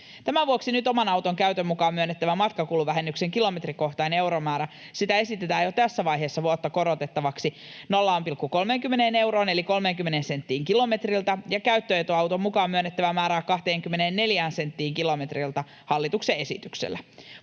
Tämän vuoksi nyt oman auton käytön mukaan myönnettävän matkakuluvähennyksen kilometrikohtaista euromäärää esitetään jo tässä vaiheessa vuotta korotettavaksi 0,30 euroon eli 30 senttiin kilometriltä, ja käyttöetuauton mukaan myönnettävää määrää 24 senttiin kilometriltä hallituksen esityksellä.